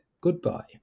goodbye